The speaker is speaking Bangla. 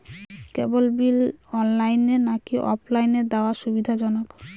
কেবল বিল অনলাইনে নাকি অফলাইনে দেওয়া সুবিধাজনক?